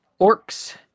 orcs